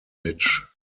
rich